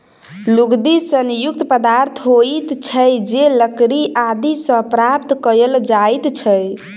लुगदी सन युक्त पदार्थ होइत छै जे लकड़ी आदि सॅ प्राप्त कयल जाइत छै